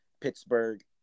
Pittsburgh